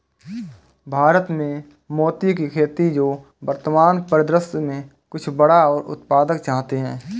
भारत में मोती की खेती जो वर्तमान परिदृश्य में कुछ बड़ा और उत्पादक चाहते हैं